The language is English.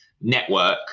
network